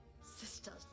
sisters